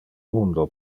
mundo